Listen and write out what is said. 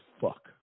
fuck